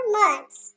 months